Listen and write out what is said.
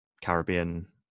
Caribbean –